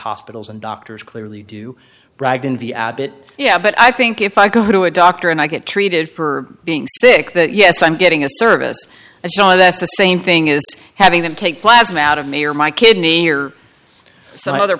hospitals and doctors clearly do rag bit yeah but i think if i go to a doctor and i get treated for being sick that yes i'm getting a service and so that's the same thing is having them take plasma out of me or my kidney or some other